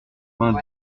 vingt